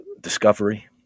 discovery